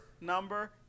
number